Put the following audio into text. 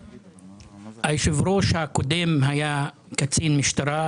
היושב-ראש הקודם היה קצין משטרה,